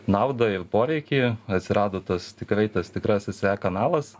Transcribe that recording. naudą ir poreikį atsirado tas tikrai tas tikrasis kanalas